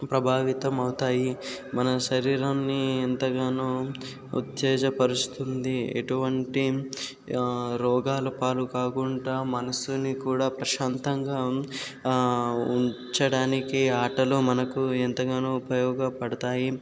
ప్రభావితం అవుతాయి మన శరీరాన్ని ఎంతగానో ఉత్తేజపరుస్తుంది ఎటువంటి రోగాల పాలు కాకుండా మనసుని కూడా ప్రశాంతంగా ఉంచడానికి ఆటలు మనకు ఎంతగానో ఉపయోగపడతాయి